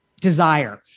desire